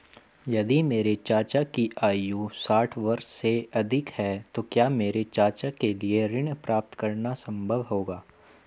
यदि मेरे चाचा की आयु साठ वर्ष से अधिक है तो क्या मेरे चाचा के लिए ऋण प्राप्त करना संभव होगा?